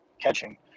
catching